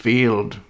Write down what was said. Field